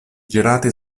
girati